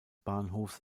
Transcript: bahnhofs